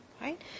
right